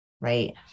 right